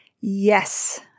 yes